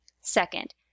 Second